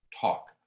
talk